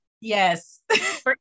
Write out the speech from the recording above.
yes